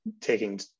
taking